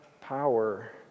power